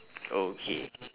okay